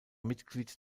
mitglied